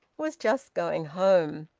was just going home.